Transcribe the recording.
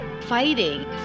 fighting